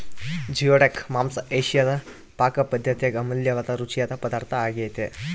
geoduck ಮಾಂಸ ಏಷಿಯಾದ ಪಾಕಪದ್ದತ್ಯಾಗ ಅಮೂಲ್ಯವಾದ ರುಚಿಯಾದ ಪದಾರ್ಥ ಆಗ್ಯೆತೆ